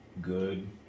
good